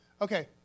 Okay